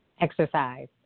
Exercise